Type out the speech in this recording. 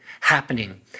happening